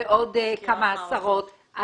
ועוד כמה עשרות,